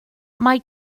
mae